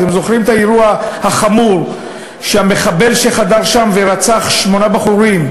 אתם זוכרים את האירוע החמור שמחבל חדר לשם ורצח שמונה בחורים,